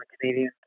Canadian